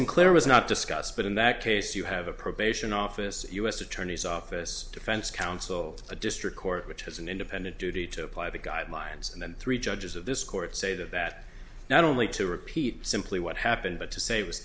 sinclair was not discussed but in that case you have a probation office u s attorney's office defense counsel a district court which has an independent duty to apply the guidelines and then three judges of this court say that that not only to repeat simply what happened but to say was